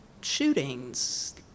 shootings